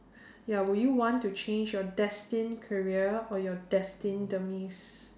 ya would you want to change your destined career or your destined demise